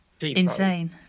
insane